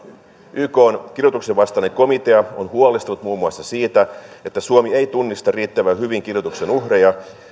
ykn kidutuksen vastainen komitea on huolestunut muun muassa siitä että suomi ei tunnista riittävän hyvin kidutuksen uhreja ja